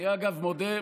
אני מתנצל.